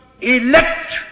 elect